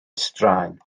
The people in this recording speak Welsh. straen